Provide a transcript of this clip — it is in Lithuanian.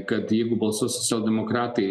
kad jeigu balsuos socialdemokratai